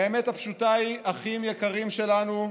האמת הפשוטה היא, אחים יקרים שלנו,